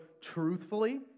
truthfully